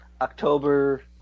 October